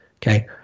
Okay